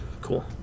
cool